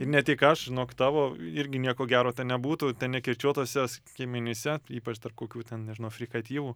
ir ne tik aš žinok tavo irgi nieko gero ten nebūtų ten nekirčiuotuose skiemenyse ypač tarp kokių ten nežinau frikatyvų